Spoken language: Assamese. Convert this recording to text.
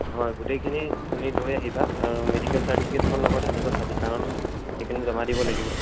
হয় গোটেইখিনি তুমি লৈ আহিবা আৰু মেডিকেল চাৰ্টিফিকেটখন লগত আনিবা খালি কাৰণ সেইখিনি জমা দিব লাগিব